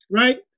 right